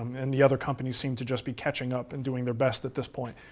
and the other companies seem to just be catching up and doing their best at this point.